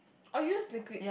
or use the grid